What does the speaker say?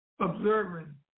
observing